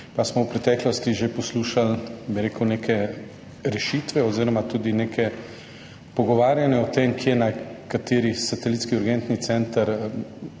pa smo v preteklosti že poslušali neke rešitve oziroma tudi neka pogovarjanja o tem, kje naj kateri satelitski urgentni center